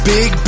Big